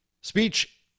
Speech